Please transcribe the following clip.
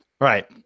Right